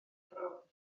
brown